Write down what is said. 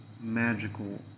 magical